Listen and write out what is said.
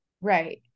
Right